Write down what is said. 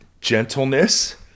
Gentleness